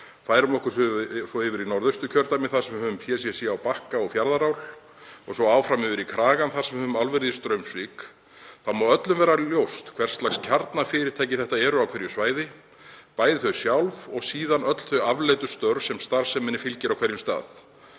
færum okkur svo yfir í Norðausturkjördæmi þar sem við höfum PCC á Bakka og Fjarðarál, og svo áfram yfir í Kragann þar sem við höfum álverið í Straumsvík, má öllum vera ljóst hvers lags kjarnafyrirtæki þetta eru á hverju svæði, bæði þau sjálf og síðan öll þau afleiddu störf sem starfseminni fylgja á hverjum stað.